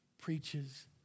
preaches